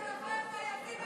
מגבה סרבנות.